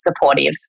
supportive